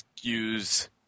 use